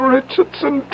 Richardson